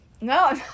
No